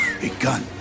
Begun